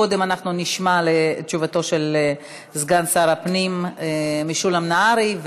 קודם אנחנו נשמע את תשובתו של סגן שר הפנים משולם נהרי,